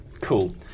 Cool